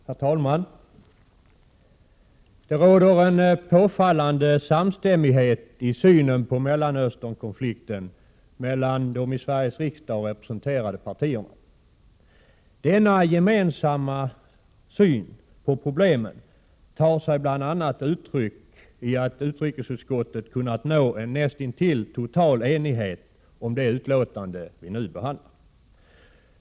Herr talman! Det råder en påfallande samstämmighet i synen på Mellanös 30 maj 1988 ternkonflikten mellan de i Sveriges riksdag representerade partierna. Denna gemensamma syn på problemen tar sig bl.a. uttryck i att utrikesutskottet kunnat nå en näst intill total enighet om det betänkande som vi nu behandlar.